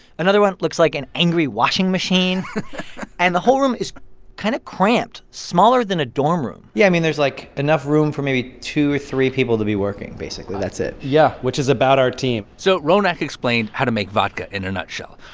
another one looks like an angry washing machine and the whole room is kind of cramped smaller than a dorm room yeah. i mean, there's like enough room for maybe two or three people to be working, basically. that's it yeah, which is about our team so ronak explained how to make vodka in a nutshell.